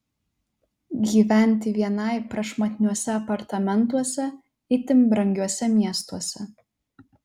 gyventi vienai prašmatniuose apartamentuose itin brangiuose miestuose